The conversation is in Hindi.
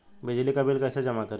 बिजली का बिल कैसे जमा करें?